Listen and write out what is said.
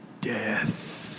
Death